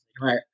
right